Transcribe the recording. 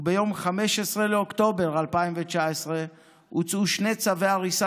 וביום 15 באוקטובר 2019 הוצאו שני צווי הריסה